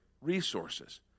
resources